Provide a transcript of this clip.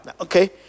Okay